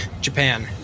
Japan